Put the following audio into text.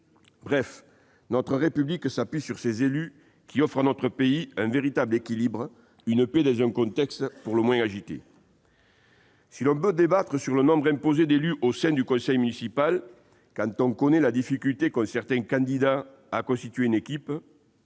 Bref, notre République s'appuie sur ces élus, qui offrent à notre pays un véritable équilibre, une paix dans un contexte pour le moins agité. Si l'on peut débattre de leur nombre au sein du conseil municipal quand on connaît la difficulté qu'ont certains candidats à constituer une équipe,